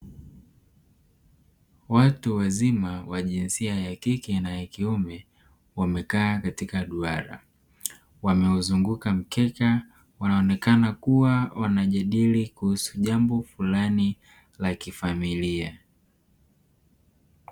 Watu wazima wa jinsia ya kike na ya kiume wamekaa katika duara, wameuzunguka mkeka, wanaonekana kuwa wanajadili kuhusu jambo fulani la kifamilia.